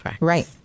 Right